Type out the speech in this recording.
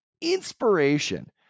inspiration